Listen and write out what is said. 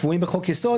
קבועים בחוק יסוד